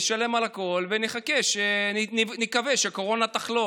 נשלם על הכול ונקווה שקורונה תחלוף.